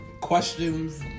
questions